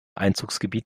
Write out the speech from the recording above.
einzugsgebiet